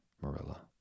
Marilla